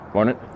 Morning